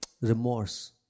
remorse